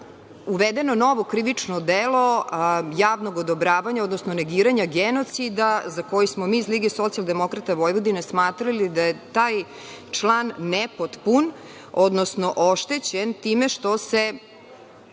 uvedeno novo krivično delo javnog odobravanja, odnosno negiranja genocida, za koji smo mi iz LSV smatrali da je taj član nepotpun, odnosno oštećen time što se